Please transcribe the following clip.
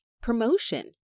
promotion